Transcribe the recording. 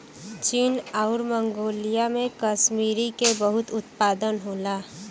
चीन आउर मन्गोलिया में कसमीरी क बहुत उत्पादन होला